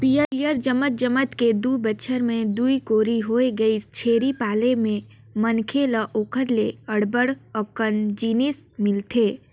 पियंर जमत जमत के दू बच्छर में दूई कोरी होय गइसे, छेरी पाले ले मनखे ल ओखर ले अब्ब्ड़ अकन जिनिस मिलथे